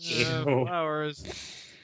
Flowers